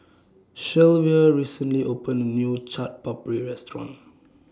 Shelvia recently opened A New Chaat Papri Restaurant